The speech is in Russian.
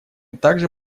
также